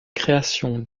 création